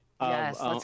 Yes